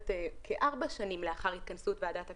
כארבע שנים לאחר התכנסות ועדת הכלכלה,